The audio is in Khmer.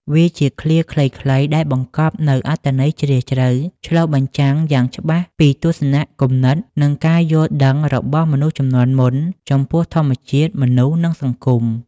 វាជាឃ្លាខ្លីៗដែលបង្កប់នូវអត្ថន័យជ្រាលជ្រៅ ឆ្លុះបញ្ចាំងយ៉ាងច្បាស់ពីទស្សនៈ គំនិត និងការយល់ដឹងរបស់មនុស្សជំនាន់មុនចំពោះធម្មជាតិ មនុស្ស និងសង្គម។